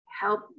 help